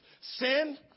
sin